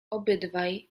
obydwaj